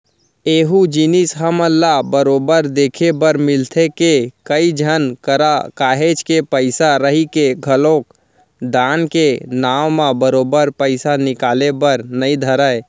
एहूँ जिनिस हमन ल बरोबर देखे बर मिलथे के, कई झन करा काहेच के पइसा रहिके घलोक दान के नांव म बरोबर पइसा निकले बर नइ धरय